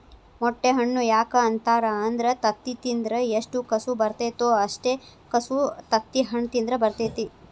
ಮೊಟ್ಟೆ ಹಣ್ಣು ಯಾಕ ಅಂತಾರ ಅಂದ್ರ ತತ್ತಿ ತಿಂದ್ರ ಎಷ್ಟು ಕಸು ಬರ್ತೈತೋ ಅಷ್ಟೇ ಕಸು ತತ್ತಿಹಣ್ಣ ತಿಂದ್ರ ಬರ್ತೈತಿ